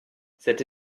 cette